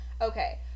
Okay